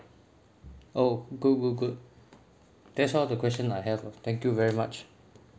oh good good good that's all the question I have ah thank you very much